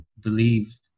believe